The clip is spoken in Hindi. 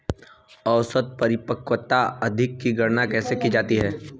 औसत परिपक्वता अवधि की गणना कैसे की जाती है?